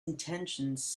intentions